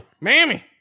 mammy